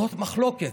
זאת מחלוקת,